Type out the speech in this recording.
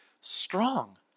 strong